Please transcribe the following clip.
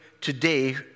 today